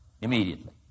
immediately